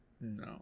No